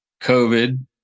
COVID